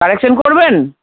correction করবেন